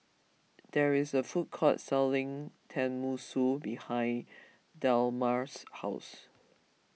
there is a food court selling Tenmusu behind Delmar's house